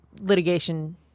litigation